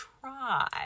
try